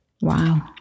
Wow